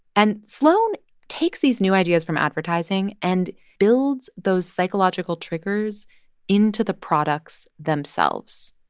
and sloan takes these new ideas from advertising and builds those psychological triggers into the products themselves.